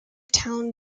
town